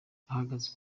wahageze